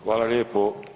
Hvala lijepo.